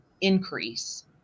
increase